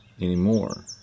anymore